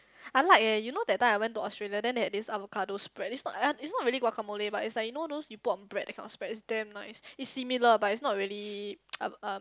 I like eh you know that time I went to Australia then they had this avocado spread it's not it's not really guacamole but it's like you know those you put on bread that kind of spread it's damn nice it's similar but it's not really uh uh